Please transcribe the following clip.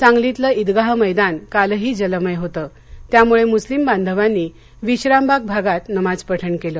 सांगलीतलं इदगाह मैदान कालही जलमय होतं त्यामुळे मुस्लीम बांधवांनी विश्रामबाग भागात नमाज पठण केलं